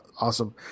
Awesome